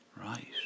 Right